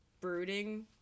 brooding